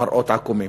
מראות עקומות.